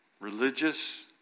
Religious